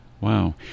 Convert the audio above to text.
Wow